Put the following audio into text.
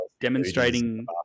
demonstrating